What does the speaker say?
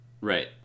Right